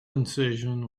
incision